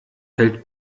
hält